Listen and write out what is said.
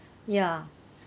ya